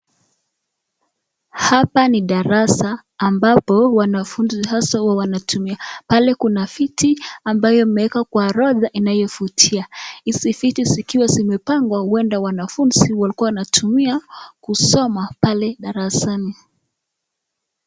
Hapa ni darasa ambapo wanafunzi haswa huwa wanatumia. Pale kuna viti ambazo zimepangwa kwa orodha inayovutia. Hizi viti zikiwa zimepangwa huenda wanafunzi walikuwa wanatumia kusoma pale darasani.